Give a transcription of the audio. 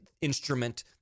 instrument